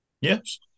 Yes